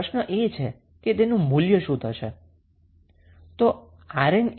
તો પ્રશ્ન એ છે કે તેનું મૂલ્ય શું હશે